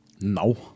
No